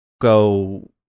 go